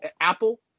Apple